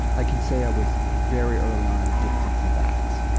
i can say i was very early on addicted to that.